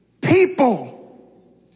People